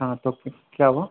ہاں تو کیا ہوا